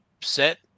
set